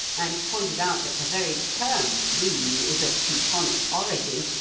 and pointed out that the very term rune is of teutonic origin,